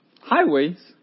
Highways